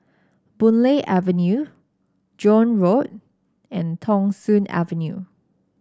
Boon Lay Avenue Joan Road and Thong Soon Avenue